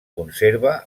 conserva